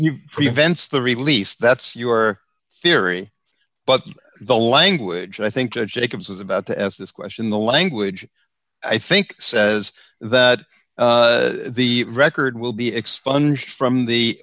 it prevents the release that's your theory but the language i think jacobs is about to as this question the language i think says that the record will be expunged from the